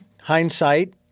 hindsight